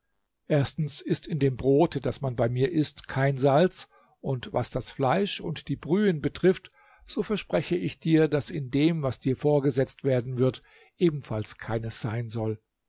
erstens ist in dem brote das man bei mir ißt kein salz und was das fleisch und die brühen betrifft so verspreche ich dir daß in dem was dir vorgesetzt werden wird ebenfalls keines sein soll